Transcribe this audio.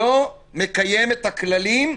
לא מקיים את הכללים,